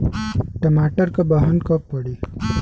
टमाटर क बहन कब पड़ी?